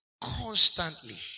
constantly